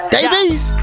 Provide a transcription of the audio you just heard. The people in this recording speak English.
Davies